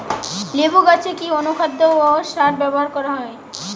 লেবু গাছে কি অনুখাদ্য ও সার ব্যবহার করা হয়?